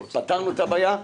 פתרנו את הבעיה,